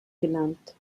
genannt